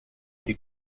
des